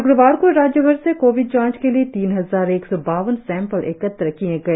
श्क्रवार को राज्यभर से कोविड जांच के लिए तीन हजार एक सौ बावन सैंपल एकत्र किए गए